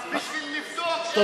בשביל לבדוק, "כיפת ברזל".